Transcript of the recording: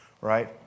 right